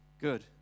Good